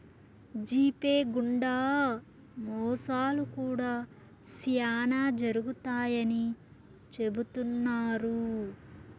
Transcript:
GPay గుండా మోసాలు కూడా శ్యానా జరుగుతాయని చెబుతున్నారు